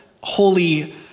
holy